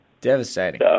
Devastating